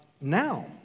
now